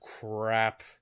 crap